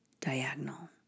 diagonal